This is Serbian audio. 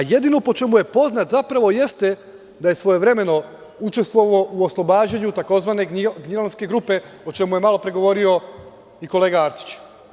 Jedino po čemu je poznat zapravo jeste da je svojevremeno učestvovao u oslobađanju tzv. Gnjilanske grupe, o čemu je malopre govorio i kolega Arsić.